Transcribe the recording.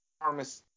pharmacy